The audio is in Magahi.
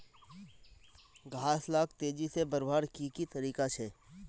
घास लाक तेजी से बढ़वार की की तरीका छे?